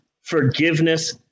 forgiveness